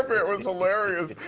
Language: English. it was hilarious.